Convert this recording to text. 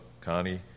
Connie